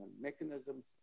mechanisms